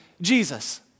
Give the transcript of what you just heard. Jesus